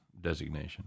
designation